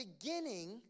beginning